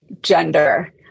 gender